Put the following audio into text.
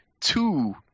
two